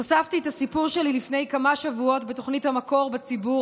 חשפתי את הסיפור שלי לפני כמה שבועות בתוכנית המקור בציבור,